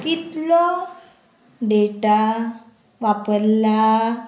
कितलो डेटा वापरला